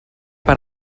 per